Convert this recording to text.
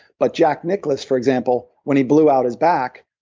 but jack nicklaus, for example, when he blew out his back,